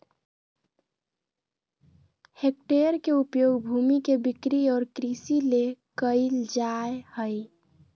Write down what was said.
hectare के उपयोग भूमि के बिक्री और कृषि ले कइल जाय हइ